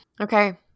okay